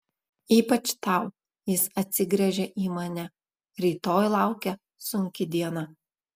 ypač tau jis atsigręžia į mane rytoj laukia sunki diena